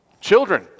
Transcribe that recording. Children